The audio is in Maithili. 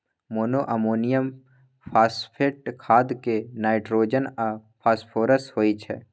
मोनोअमोनियम फास्फेट खाद मे नाइट्रोजन आ फास्फोरस होइ छै